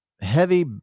heavy